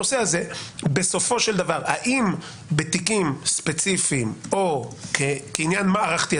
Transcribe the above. בסופו של דבר האם בתיקים ספציפיים או קניין מערכתי,